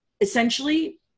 essentially